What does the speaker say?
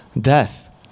death